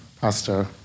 Pastor